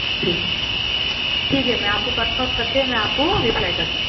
جی ٹھیک ہے میں آپ کو کنفرم کر کے میں آپ کو ریپلائی کرتی